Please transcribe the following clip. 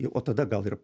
i o tada gal ir